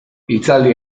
hitzaldi